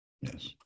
Yes